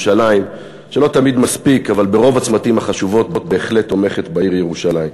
שלא תמיד מספיק אבל ברוב הצמתים החשובים בהחלט תומכת בעיר ירושלים.